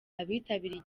abitabiriye